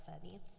funny